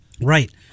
Right